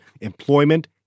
employment